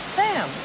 sam